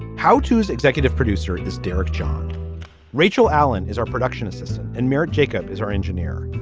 how tos executive producer is derrick jon rachel allen is our production assistant and merritt jacob is our engineer.